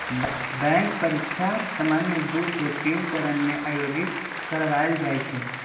bank परीकछा सामान्य दू से तीन चरण में आयोजित करबायल जाइ छइ